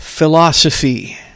Philosophy